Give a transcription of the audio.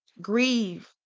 grieve